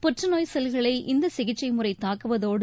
புற்றுநோய் செல்களை இந்த சிகிச்சை முறை தாக்குவதோடு